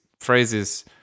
phrases